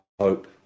hope